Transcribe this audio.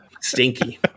Stinky